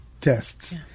tests